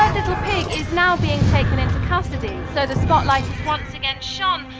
is now being taken into custody so the spotlight is once again shone.